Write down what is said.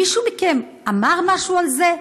מישהו מכם אמר משהו על זה?